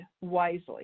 wisely